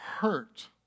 hurt